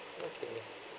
okay